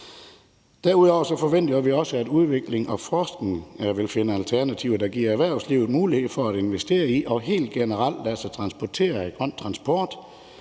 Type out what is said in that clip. Derudover forventer vi også, at udvikling og forskning vil finde alternativer, der giver erhvervslivet mulighed for investere i og helt generelt lade sig transportere af grøn transport,